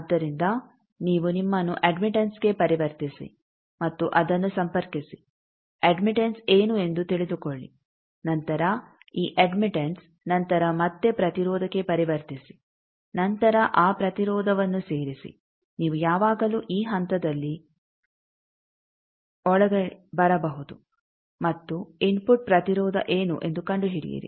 ಆದ್ದರಿಂದ ನೀವು ನಿಮ್ಮನ್ನು ಅಡ್ಮಿಟೆಂಸ್ಗೆ ಪರಿವರ್ತಿಸಿ ಮತ್ತು ಅದನ್ನು ಸಂಪರ್ಕಿಸಿ ಅಡ್ಮಿಟೆಂಸ್ ಏನು ಎಂದು ತಿಳಿದುಕೊಳ್ಳಿ ನಂತರ ಈ ಅಡ್ಮಿಟೆಂಸ್ ನಂತರ ಮತ್ತೆ ಪ್ರತಿರೋಧಕ್ಕೆ ಪರಿವರ್ತಿಸಿ ನಂತರ ಆ ಪ್ರತಿರೋಧವನ್ನು ಸೇರಿಸಿ ನೀವು ಯಾವಾಗಲೂ ಈ ಹಂತದಲ್ಲಿ ಒಳಗೆ ಬರಬಹುದು ಮತ್ತು ಇನ್ಫುಟ್ ಪ್ರತಿರೋಧ ಏನು ಎಂದು ಕಂಡುಹಿಡಿಯಿರಿ